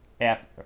app